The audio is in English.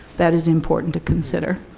that is important to consider.